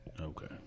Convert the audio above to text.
okay